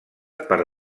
per